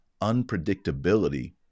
unpredictability